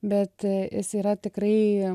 bet jis yra tikrai